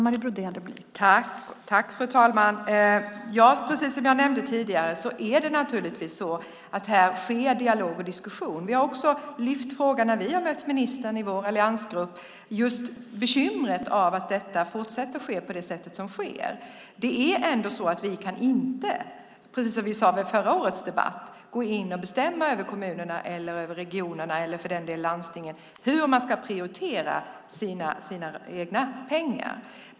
Fru talman! Som jag tidigare nämnt sker här en dialog och förs en diskussion. När vi i vår alliansgrupp mött ministern har vi lyft fram just bekymret med att det hela fortsätter som det gör. Precis som vi sade i förra årets debatt kan vi inte gå in och bestämma över hur kommunerna eller regionerna - eller, för den delen, landstingen - ska prioritera när det gäller deras egna pengar.